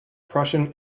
prussian